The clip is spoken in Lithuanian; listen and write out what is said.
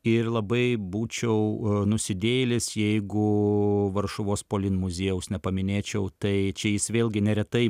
ir labai būčiau nusidėjėlis jeigu varšuvos polin muziejaus nepaminėčiau tai čia jis vėlgi neretai